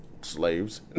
slaves